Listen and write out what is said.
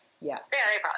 yes